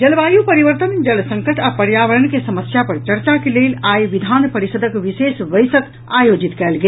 जलवायु परिवर्तन जल संकट आ पर्यावरण के समस्या पर चर्चा के लेल आई विधान परिषदक विशेष बैसक आयोजित कयल गेल